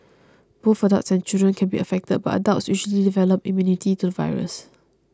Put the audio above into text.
both adults and children can be affected but adults usually develop immunity to the virus